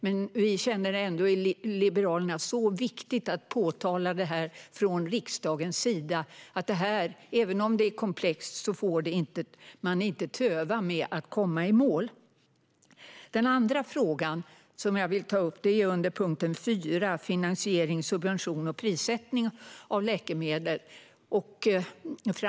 Men vi i Liberalerna känner ändå att det är viktigt att framhålla från riksdagens sida att även om det här är komplext får man inte töva med att komma i mål. Det andra jag vill ta upp är under punkt 4, Finansiering, subvention och prissättning av läkemedel.